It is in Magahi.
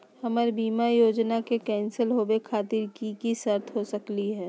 हमर बीमा योजना के कैन्सल होवे खातिर कि कि शर्त हो सकली हो?